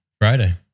Friday